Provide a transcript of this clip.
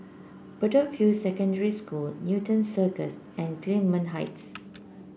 Bedok View Secondary School Newton Cirus and Gillman Heights